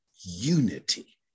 unity